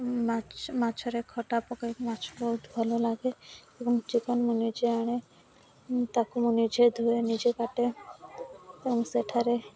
ମାଛ ମାଛରେ ଖଟା ପକାଇ ମାଛ ବହୁତ ଭଲ ଲାଗେ ଏବଂ ଚିକେନ୍ ମୁଁ ନିଜେ ଆଣେ ତାକୁ ମୁଁ ନିଜେ ଧୁଏ ନିଜେ ବାଟେ ଓ ସେଠାରେ